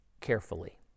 carefully